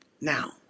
Now